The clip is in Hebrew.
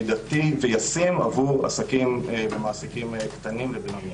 מידתי וישים עבור עסקים ומעסיקים קטנים ובינוניים.